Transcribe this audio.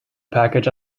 package